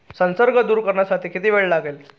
संसर्ग दूर करण्यासाठी किती वेळ लागेल?